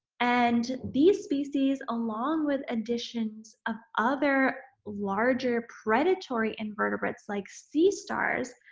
and, these species, along with additions of other larger predatory invertebrates like sea stars